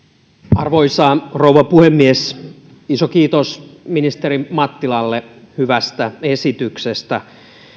arvoisa rouva puhemies iso kiitos ministeri mattilalle hyvästä esityksestä